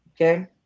Okay